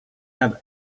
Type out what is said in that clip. have